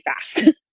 fast